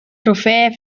trophäe